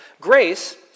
grace